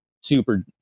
super